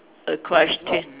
a question